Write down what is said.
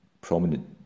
prominent